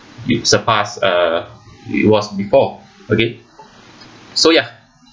it was supposed uh it was before okay so ya